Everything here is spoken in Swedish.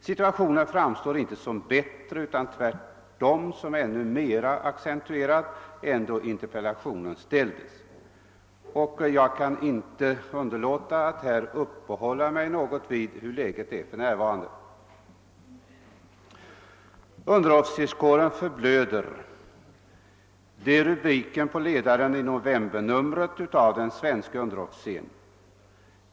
Situationen framstår inte som bättre, utan svårigheterna är tvärtom ännu mer accentuerade nu än då interpellationen väcktes. Jag kan inte underlåta att något uppehålla mig vid hur läget för närvarande är. »Underofficerskåren förblöder« — det är rubriken på ledaren i novembernumret av Den svenske underofficeren.